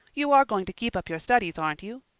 you are going to keep up your studies, aren't you?